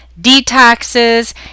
detoxes